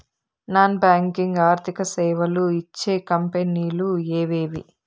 Non banking ఆర్థిక సేవలు ఇచ్చే కంపెని లు ఎవేవి?